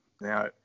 Now